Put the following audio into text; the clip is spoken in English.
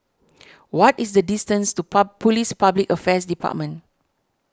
what is the distance to Police Public Affairs Department